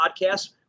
podcast